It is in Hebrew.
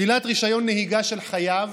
שלילת רישיון נהיגה של חייב